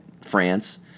France